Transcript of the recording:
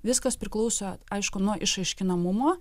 viskas priklauso aišku nuo išaiškinamumo